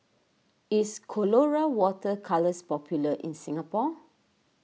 is Colora Water Colours popular in Singapore